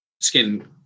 Skin